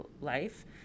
life